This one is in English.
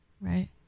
Right